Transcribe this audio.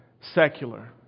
secular